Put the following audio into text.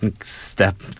step